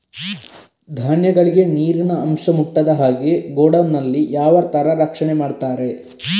ಧಾನ್ಯಗಳಿಗೆ ನೀರಿನ ಅಂಶ ಮುಟ್ಟದ ಹಾಗೆ ಗೋಡೌನ್ ನಲ್ಲಿ ಯಾವ ತರ ರಕ್ಷಣೆ ಮಾಡ್ತಾರೆ?